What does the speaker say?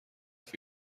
گفت